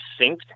synced